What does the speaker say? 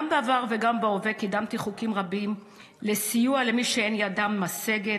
גם בעבר וגם בהווה קידמתי חוקים רבים לסיוע למי שאין ידם משגת,